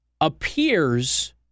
appears